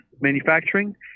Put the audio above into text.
manufacturing